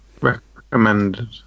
Recommended